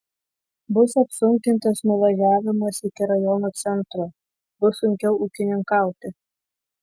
bus apsunkintas nuvažiavimas iki rajono centro bus sunkiau ūkininkauti